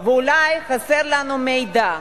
ואולי חסר לנו מידע.